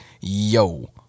yo